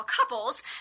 couples